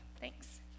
Thanks